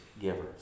givers